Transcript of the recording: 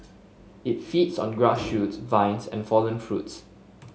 it feeds on grass shoots vines and fallen fruits